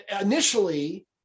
initially